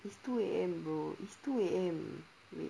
it's two A_M bro it's two A_M